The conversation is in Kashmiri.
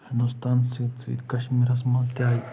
ہندوستان سۭتۍ سۭتۍ کشمیٖرس منٛز تہِ آیہِ